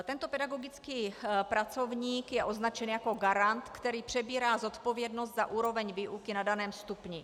Tento pedagogický pracovník je označen jako garant, který přebírá zodpovědnost za úroveň výuky na daném stupni.